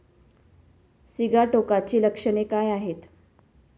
सिगाटोकाची लक्षणे काय आहेत?